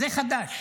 זה חדש,